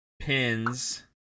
pins